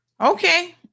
Okay